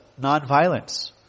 nonviolence